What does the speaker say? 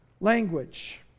language